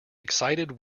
excited